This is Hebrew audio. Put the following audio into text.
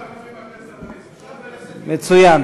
לפתרון הסכסוך הישראלי-פלסטיני,